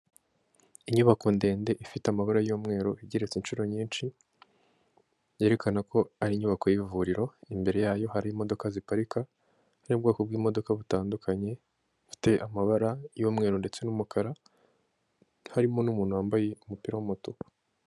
Inyubako ndende ifite amabara y'umweru igeretse inshuro nyinshi, yerekana ko ari inyubako y'ivuriro, imbere yayo hari aho imodoka ziparika, harimo ubwoko bw'imodoka butandukanye bufite amabara y'umweru ndetse n'umukara, harimo n'umuntu wambaye umupira w'umutuku.